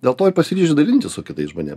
dėl to ir pasiryžęs dalintis su kitais žmonėm